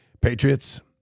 Patriots